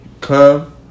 Come